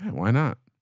why not?